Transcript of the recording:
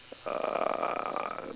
uh